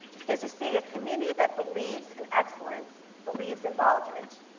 because you see a community that believes in excellence believes in baldrige.